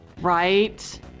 Right